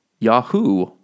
Yahoo